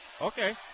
Okay